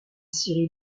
scierie